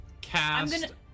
cast